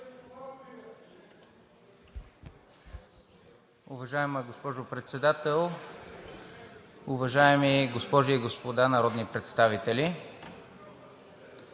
Уважаема госпожо Председател, уважаеми госпожи и господа народни представители!